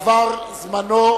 עבר זמנו,